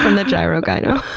and the gyro gyno.